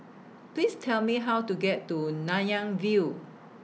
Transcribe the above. Please Tell Me How to get to Nanyang View